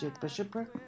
Bishopric